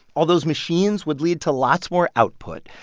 all those machines would lead to lots more output.